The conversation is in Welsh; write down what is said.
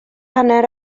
hanner